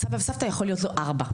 סבא וסבתא יכול להיות לו ארבעה.